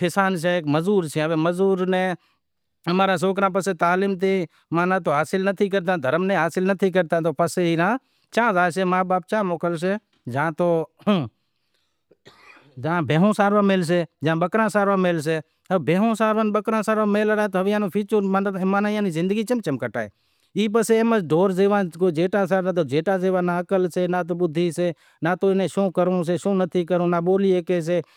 ٹنڈو الہیار میں بھی امارا زائیشیں مٹ مائیٹ۔ ہندوکاری سئے، جیوو کوئی ٹنڈوالہیار میں مناوے کوئی میرپور میں، جاں جاں مندر ٹھاول سئے پسے جیکو جیوو حال سئے او تہوار مناوی پسے بابا رے نام رو جیکو بھی سئے پرساد وگیرا ویراوے بدہے بھائیاں ناں مندر میں ہاکلے پسے پرساد وگیرا ویراوے پسے جیکو بھی سئہ ساڑی توال بوال رو رواج جیکو بھی سئہ ای دھرم رو پرچار وگیرا کریو زائسے، بھگت آویشے جیکو بھی ساستر گیان ہنبھڑایسے پسے جیکو بھی سئہ دھرم رو راماپیر رو میڑو سئہ تو راماپیر ری آرتی کری سئہ، گنیس رو میڑو سئہ تو گنیس ری آرتی کری سئہ